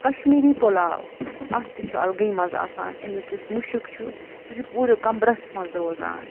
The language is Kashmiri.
کشمیٖری پُلاو اتھ تہِ چھُ الگے مزٕ آسان اَمیُک یُس مُشُک چھُ سُہ چھُ پوٗرٕ کمبرس منٛز روزان